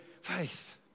faith